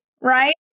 right